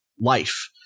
life